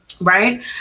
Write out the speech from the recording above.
Right